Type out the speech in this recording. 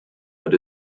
but